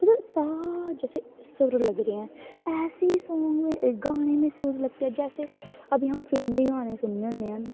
मतलब कि सा जैसे सुर लग रहे हैं ऐसी सांग गाने में सुर लगते ऐं जैसे हम सुर में गाने सुनने होन्ने आं